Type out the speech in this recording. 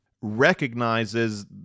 recognizes